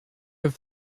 have